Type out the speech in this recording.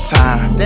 time